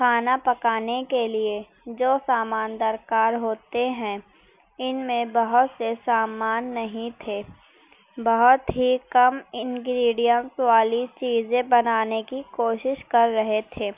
کھانا پکانے کے لیے جو سامان درکار ہوتے ہیں ان میں بہت سے سامان نہیں تھے بہت ہی کم انگریڈینٹ والی چیزیں بنانے کی کوشش کر رہے تھے